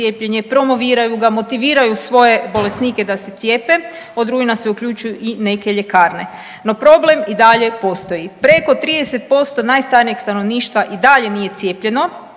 promoviraju ga, motiviraju svoje bolesnike da se cijepe, od rujna se uključuju i neke ljekarne. No problem i dalje postoji. Preko 30% najstarijeg stanovništva i dalje nije cijepljeno